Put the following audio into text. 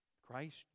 Christ